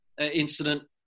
incident